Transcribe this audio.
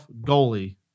goalie